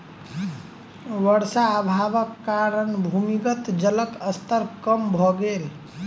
वर्षा अभावक कारणेँ भूमिगत जलक स्तर कम भ गेल